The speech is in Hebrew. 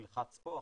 תלחץ פה,